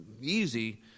easy